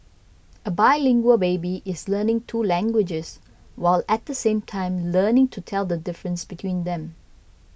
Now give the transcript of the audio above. a bilingual baby is learning two languages while at the same time learning to tell the difference between them